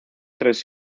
tres